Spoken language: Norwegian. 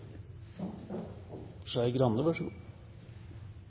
Skei Grande